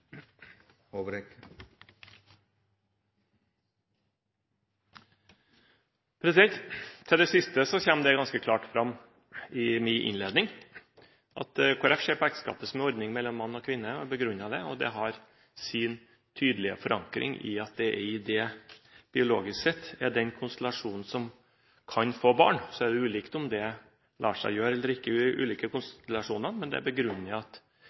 Til det siste kommer det ganske klart fram i min innledning at Kristelig Folkeparti ser på ekteskapet som en ordning mellom mann og kvinne, og begrunner det. Det har sin tydelige forankring i at det biologisk sett er den konstellasjonen som kan få barn. Så er det ulikt om det lar seg gjøre eller ikke ved ulike konstellasjoner, men det begrunner at de to samlivsformene kan reguleres forskjellig selv om menneskene er